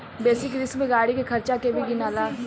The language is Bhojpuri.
बेसिक रिस्क में गाड़ी के खर्चा के भी गिनाला